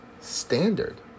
standard